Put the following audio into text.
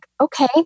okay